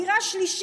דירה שלישית,